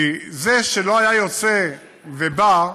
כי זה שלא היה יוצא ובא,